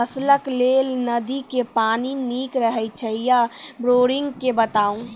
फसलक लेल नदी के पानि नीक हे छै या बोरिंग के बताऊ?